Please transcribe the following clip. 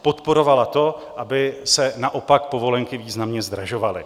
Podporovala to, aby se naopak povolenky významně zdražovaly.